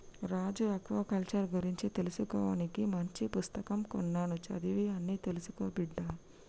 రాజు aquaculture గురించి తెలుసుకోవానికి మంచి పుస్తకం కొన్నాను చదివి అన్ని తెలుసుకో బిడ్డా